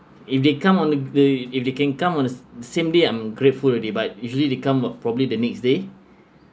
if they come on the they if they can come on the same day I'm grateful already but usually they come pro~ probably the next day